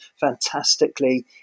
fantastically